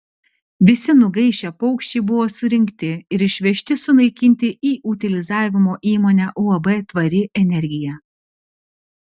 visi nugaišę paukščiai buvo surinkti ir išvežti sunaikinti į utilizavimo įmonę uab tvari energija